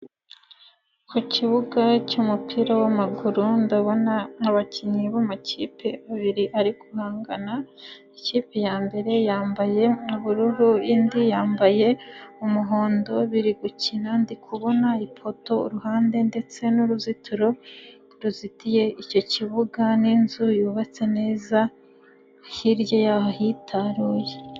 Ku kibuga cy'umupira w'amaguru ndabona abakinnyi b'amakipe abiri ari guhangana, ikipe ya mbere yambaye ubururu indi yambaye umuhondo, biri gukina ndikubona ipoto iruhande ndetse n'uruzitiro ruzitiye icyo kibuga n'inzu yubatse neza, hirya y'aho ahitaruye.